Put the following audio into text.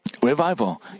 Revival